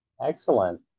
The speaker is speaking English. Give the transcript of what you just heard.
excellent